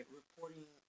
reporting